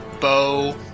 bow